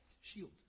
shield